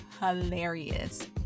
hilarious